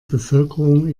bevölkerung